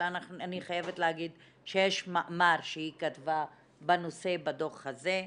אבל אני חייבת להגיד שיש מאמר שהיא כתבה בנושא בדוח הזה,